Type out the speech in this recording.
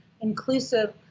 inclusive